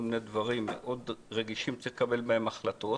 מיני דברים מאוד רגישים שצריך לקבל בהם החלטות,